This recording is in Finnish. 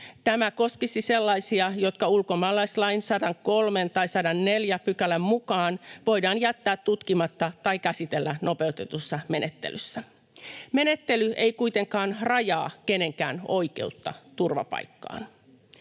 Tämä koskisi sellaisia, jotka ulkomaalaislain 103 §:n tai 104 §:n mukaan voidaan jättää tutkimatta tai käsitellä nopeutetussa menettelyssä. Menettely ei kuitenkaan rajaa kenenkään oikeutta turvapaikkaan.